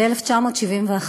ב-1971,